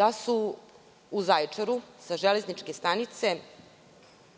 da su u Zaječaru sa železničke stanice